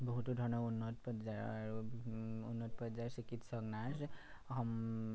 বহুতো ধৰণৰ উন্নত পৰ্যায়ৰ আৰু উন্নত পৰ্যায়ৰ চিকিৎসক নাৰ্চ